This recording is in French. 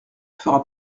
fera